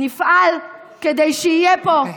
נפעל כדי שיהיה פה,